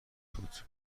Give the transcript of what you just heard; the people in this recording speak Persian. بود